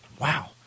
Wow